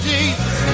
Jesus